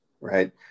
right